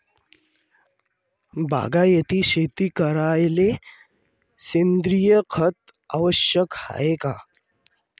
बागायती शेती करायले सेंद्रिय खत आवश्यक हाये का?